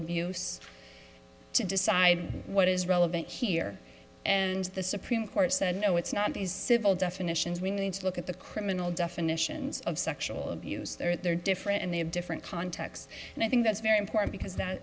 abuse to decide what is relevant here and the supreme court said no it's not these civil definitions we need to look at the criminal definitions of sexual abuse they're different and they have different contexts and i think that's very important because that